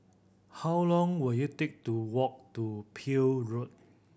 how long will it take to walk to Peel Road